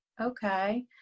Okay